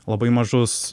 labai mažus